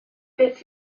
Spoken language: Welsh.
beth